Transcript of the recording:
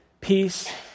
peace